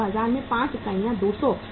आप बाज़ार में 5 इकाइयाँ 200 रु